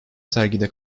sergide